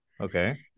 Okay